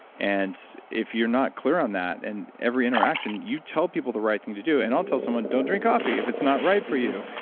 and if you're not clear on that and every interaction you tell people the right thing to do. and i'll tell someone, don't drink coffee if it's not right for you.